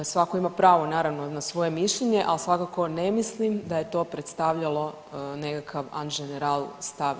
Svatko ima pravo, naravno na svoje mišljenje, ali svakako ne mislim da je to predstavljalo nekakav an ženeral stav liječnika.